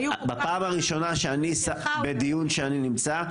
היו פה --- בפעם הראשונה שאני בדיון שאני נמצא,